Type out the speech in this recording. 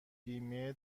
بیمه